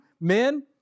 men